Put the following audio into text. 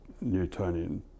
Newtonian